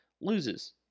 loses